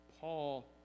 Paul